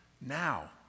now